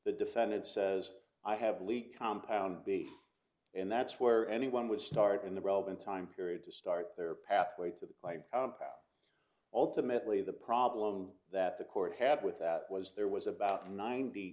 the defendant says i have lead compound b and that's where anyone would start in the relevant time period to start their pathway to the compound ultimately the problem that the court had with that was there was about a ninety